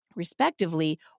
respectively